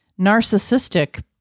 narcissistic